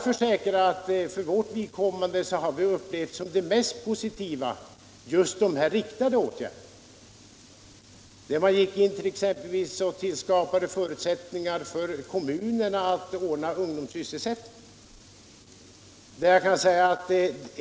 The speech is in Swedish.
Vi har för vårt vidkommande upplevt just dessa positiva åtgärder som mest positiva. Man skapade exempelvis förutsättningar för kommunerna att ordna ungdomssysselsättning.